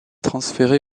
transférée